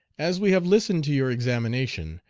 as we have listened to your examination,